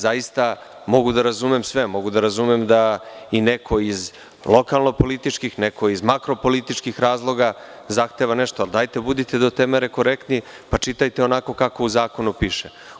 Zaista mogu da razumem sve, mogu da razumem da i neko iz lokalno-političkih, neko iz makro-političkih razloga zahteva nešto, ali budite do te mere korektni pa čitajte onako kako u zakonu piše.